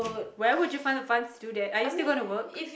where would you find the funds to do that are you still gonna work